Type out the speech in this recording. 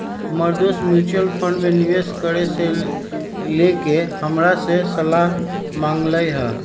हमर दोस mutual fund में निवेश करे से लेके हमरा से सलाह मांगलय ह